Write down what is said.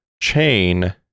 Chain